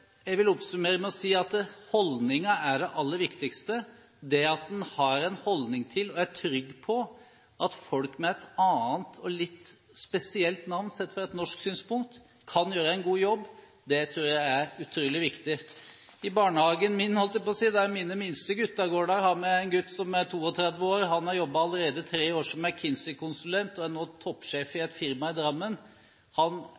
det aller viktigste, det at man har en holdning til og er trygg på at folk med et annet og litt spesielt navn – sett fra et norsk synspunkt – kan gjøre en god jobb. Det tror jeg er utrolig viktig. I barnehagen der mine minste gutter går, har vi far til et av barna, han er 32 år. Han har allerede jobbet i tre år som McKinsey-konsulent og er nå toppsjef i et firma i Drammen. Han